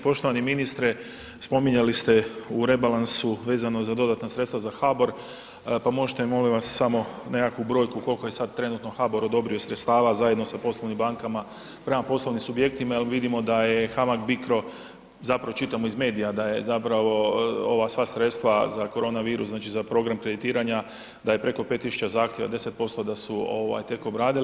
Poštovani ministre, spominjali ste u rebalansu vezano za dodatna sredstva za HBOR, pa možete li molim vas, samo nekakvu brojku koliko je sad trenutno HBOR odobrio sredstava zajedno sa poslovnim bankama prema poslovnim subjektima jer vidimo da je HAMAG BICRO zapravo, čitamo iz medija da je zapravo ova sva sredstva za koronavirus, znači za program kreditiranja, da je preko 5 tisuća zahtjeva, 10% da su tek obradili.